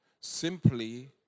simply